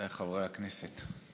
רבותיי חברי הכנסת,